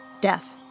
death